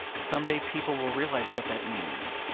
some day people will realise what that means.